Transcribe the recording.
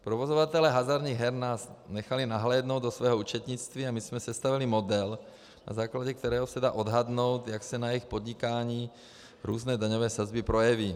Provozovatelé hazardních her nás nechali nahlédnout do svého účetnictví a my jsme sestavili model, na základě kterého se dá odhadnout, jak se na jejich podnikání různé daňové sazby projeví.